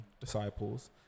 disciples